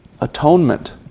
atonement